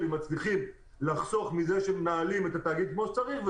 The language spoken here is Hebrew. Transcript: מצליחים לחסוך מזה שהם מנהלים את התאגיד כמו שצריך,